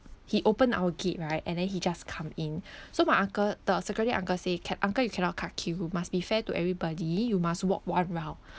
he open our gate right and then he just come in so my uncle the security uncle say ca~ uncle you cannot cut queue you must be fair to everybody you must walk one round